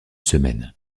semaine